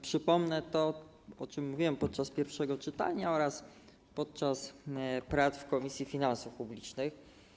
Przypomnę to, o czym mówiłem podczas pierwszego czytania oraz podczas prac w Komisji Finansów Publicznych.